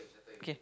K